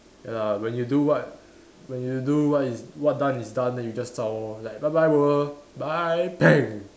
ya lah when you do what when you do what is what done is done then you just zao lor like bye bye world bye